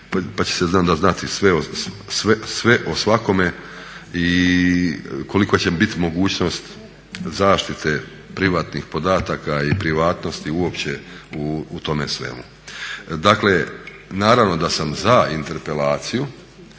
pa će se onda znati sve o svakome i kolika će bit mogućnost zaštite privatnih podataka i privatnosti uopće u tome svemu. Dakle naravno da sam za interpelaciju